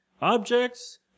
Objects